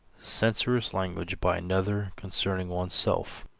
censorious language by another concerning oneself.